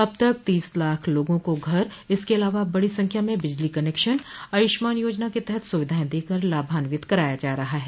अब तक तीस लाख लोगों को घर इसके अलावा बड़ी संख्या में बिजली कनेक्शन आयुष्मान योजना के तहत सुविधाएं देकर लाभान्वित कराया जा रहा है